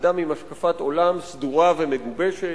אדם עם השקפת עולם סדורה ומגובשת,